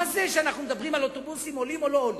מה זה שאנחנו מדברים על אוטובוסים שעולים או לא עולים?